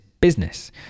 business